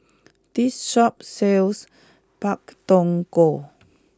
this shop sells Pak Thong Ko